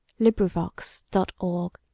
LibriVox.org